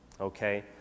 okay